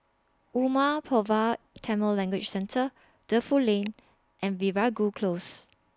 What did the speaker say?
Umar Pulavar Tamil Language Centre Defu Lane and Veeragoo Close